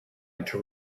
into